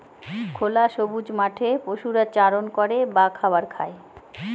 খোলা সবুজ মাঠে পশুরা চারণ করে বা খাবার খায়